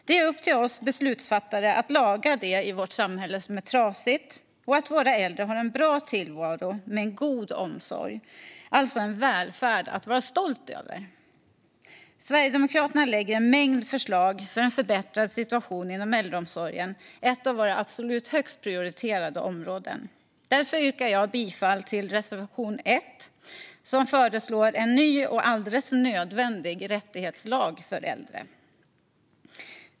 Det är upp till oss beslutsfattare att laga det i vårt samhälle som är trasigt och att se till att våra äldre har en bra tillvaro med en god omsorg, alltså en välfärd att vara stolt över. Sverigedemokraterna lägger fram en mängd förslag för en förbättrad situation inom äldreomsorgen, ett av våra absolut högst prioriterade områden. Därför yrkar jag bifall till reservation 1, som föreslår en ny och alldeles nödvändig rättighetslag för äldre.